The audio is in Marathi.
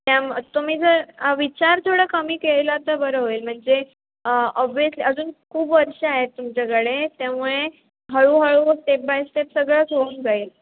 त्यामुळे तुम्ही जर विचार थोडं कमी केला तर बरं होईल म्हणजे ऑब्वियसली अजून खूप खूप वर्षं आहेत तुमच्याकडे त्यामुळे हळूहळू स्टेप बाय स्टेप सगळंच होऊन जाईल